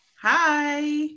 Hi